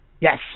Yes